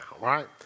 right